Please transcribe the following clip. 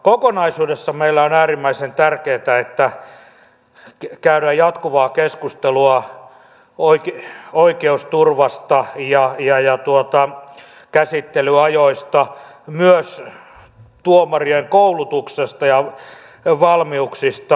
kokonaisuudessa meille on äärimmäisen tärkeätä että käydään jatkuvaa keskustelua oikeusturvasta ja käsittelyajoista myös tuomarien koulutuksesta ja valmiuksista